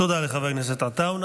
תודה לחבר הכנסת עטאונה.